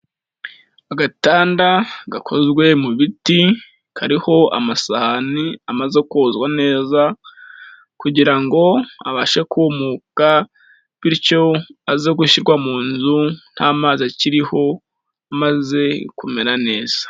Agatanda gakozwe mu biti, kariho amasahani amaze kozwa neza kugira ngo abashe kumuka bityo aze gushyirwa mu nzu, ntamazi akiriho, amaze kumera neza.